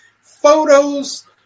photos